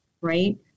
right